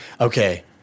Okay